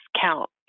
count